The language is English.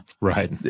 Right